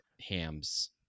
hams